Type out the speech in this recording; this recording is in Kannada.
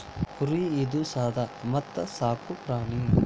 ಕುರಿ ಇದು ಸಾದು ಮತ್ತ ಸಾಕು ಪ್ರಾಣಿ